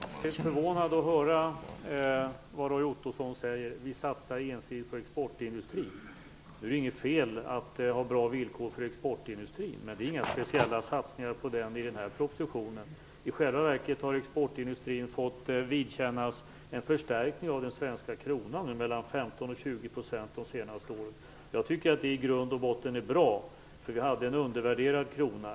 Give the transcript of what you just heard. Herr talman! Jag blev förvånad över att höra Roy Ottosson säga att vi satsar ensidigt på exportindustrin. Det är inget fel att ha bra villkor för exportindustrin, men det är inga speciella satsningar på den i den här propositionen. I själva verket har exportindustrin fått vidkännas en förstärkning av den svenska kronan på mellan 15 och 20 % de senaste åren. Jag tycker att det i grund och botten är bra, för vi hade en undervärderad krona.